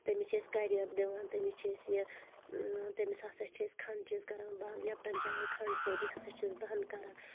تٔمِس چھِ أسۍ کریل دِوان تٔمِس چھِ أسۍ یہِ تمِس ہسا چھِ أسۍ کھَنٛڈ چیٖز کران بنٛد لیٚپٹَن چاے کھَنٛڈ ژوٚٹ یہِ ہسا چھِ أسۍ بنٛد کران